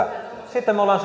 sitten me olemme